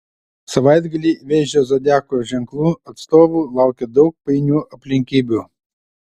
savaitgalį vėžio zodiako ženklo atstovų laukia daug painių aplinkybių